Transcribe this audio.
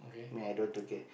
then i don't want to care